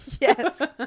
Yes